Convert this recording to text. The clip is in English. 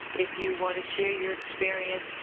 if you want to share your experience,